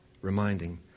reminding